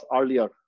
earlier